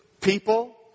people